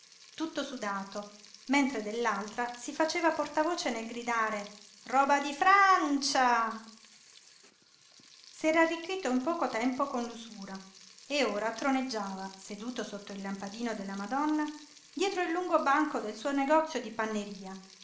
tutto sudato mentre dell'altra si faceva portavoce nel gridare roba di fràaancia s'era arricchito in poco tempo con l'usura e ora troneggiava seduto sotto il lampadino della madonna dietro il lungo banco del suo negozio di panneria